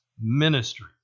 ministry